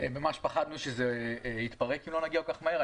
וממש פחדנו שזה יתפרק אם זה לא יגיע כל כך מהר.